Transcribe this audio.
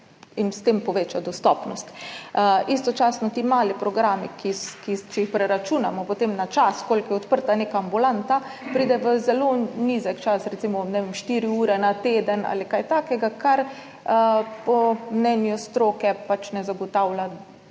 jim s tem poveča dostopnost. Istočasno ti mali programi, če jih potem preračunamo na čas, koliko je odprta neka ambulanta, pride zelo nizek čas, recimo, ne vem, štiri ure na teden ali kaj takega, kar po mnenju stroke morda celo ne zagotavlja